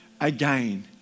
again